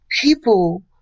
People